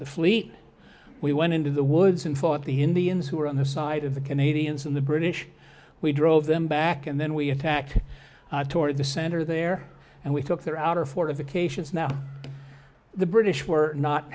the fleet we went into the woods and fought the indians who were on the side of the canadians and the british we drove them back and then we attacked toward the center there and we took their outer fortifications now the british were not